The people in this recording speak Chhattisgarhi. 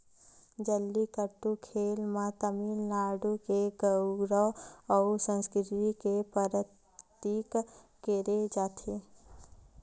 जल्लीकट्टू खेल ल तमिलनाडु के गउरव अउ संस्कृति के परतीक केहे जाथे